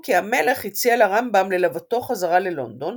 כי המלך הציע לרמב"ם ללוותו חזרה ללונדון,